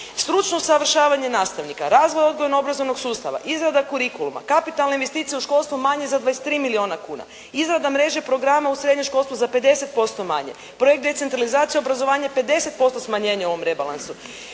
Stručno usavršavanje nastavnika, razvoj odgojno-obrazovnog sustava, izrada kurikuluma, kapitalne investicije u školstvu manje za 23 milijuna kuna, izrada mreže programa u srednjem školstvu za 50% manje, projekt decentralizacije obrazovanja je 50% smanjenje u ovom rebalansu,